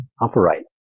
operate